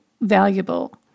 valuable